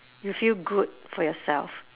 you feel good for yourself